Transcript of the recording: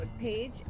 page